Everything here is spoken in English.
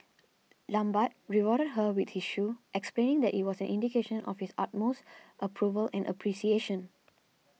lambert rewarded her with his shoe explaining that it was an indication of his utmost approval and appreciation